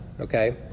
Okay